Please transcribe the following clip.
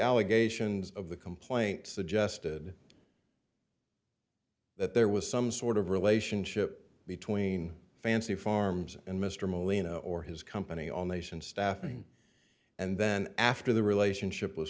allegations of the complaint suggested that there was some sort of relationship between fancy farms and mr molina or his company on the nation's staffing and then after the relationship was